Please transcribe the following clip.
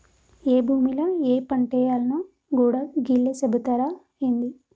ఏ భూమిల ఏ పంటేయాల్నో గూడా గీళ్లే సెబుతరా ఏంది?